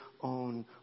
own